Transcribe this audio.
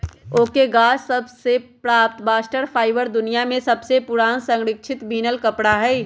oak के गाछ सभ से प्राप्त बास्ट फाइबर दुनिया में सबसे पुरान संरक्षित बिनल कपड़ा हइ